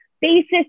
basis